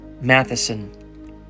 Matheson